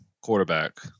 quarterback